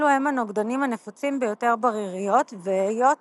אלו הם הנוגדנים הנפוצים ביותר בריריות, והיות